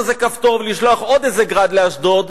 איזה כפתור ולשלוח עוד איזה "גראד" לאשדוד,